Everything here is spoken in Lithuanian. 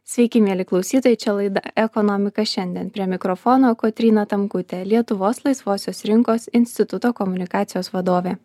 sveiki mieli klausytojai čia laida ekonomika šiandien prie mikrofono kotryna tamkutė lietuvos laisvosios rinkos instituto komunikacijos vadovė